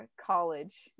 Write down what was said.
college